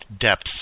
depths